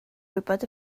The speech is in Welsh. gwybod